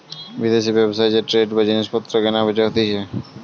বিদেশি ব্যবসায় যে ট্রেড বা জিনিস পত্র কেনা বেচা হতিছে